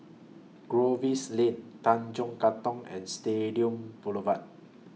Lane Tanjong Katong and Stadium Boulevard